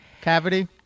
cavity